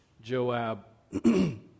Joab